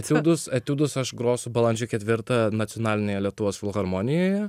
etiudus etiudus aš grosiu balandžio ketvirtą nacionalinėje lietuvos filharmonijoje